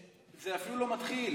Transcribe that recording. זה אפילו לא מתחיל.